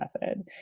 method